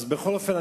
בכל אופן,